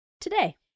today